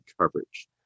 coverage